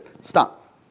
Stop